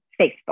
Facebook